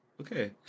Okay